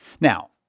Now